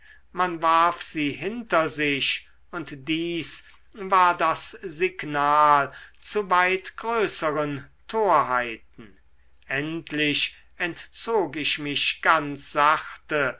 man warf sie hinter sich und dies war das signal zu weit größeren torheiten endlich entzog ich mich ganz sachte